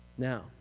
Now